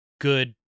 good